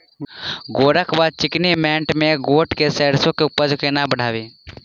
गोरकी वा चिकनी मैंट मे गोट वा सैरसो केँ उपज कोना बढ़ाबी?